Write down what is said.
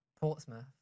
Portsmouth